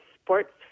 sports